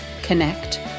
Connect